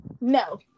no